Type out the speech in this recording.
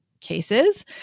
Cases